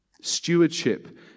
Stewardship